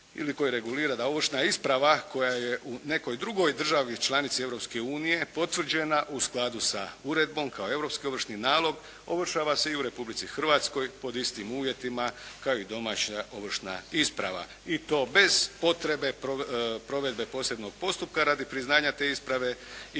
ili koji regulira da ovršna isprava koja je u nekoj drugoj državi članici Europske unije potvrđena u skladu sa uredbom kao europski ovršni nalog ovršava se i u Republici Hrvatskoj pod istim uvjetima kao i domaća ovršna isprava, i to bez potrebe provedbe posebnog postupka radi priznanja te isprave